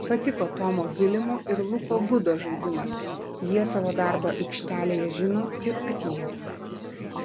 patiko tomo vilimo ir luko gudo žaidimas jie savo darbą aikštelėje žino ir atlieka